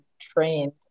trained